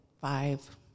five